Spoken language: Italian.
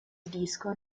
disco